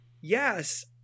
yes